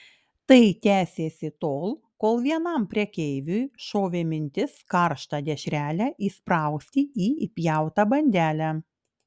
tai tęsėsi tol kol vienam prekeiviui šovė mintis karštą dešrelę įsprausti į įpjautą bandelę